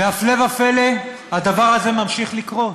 הפלא ופלא, הדבר הזה ממשיך לקרות.